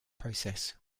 process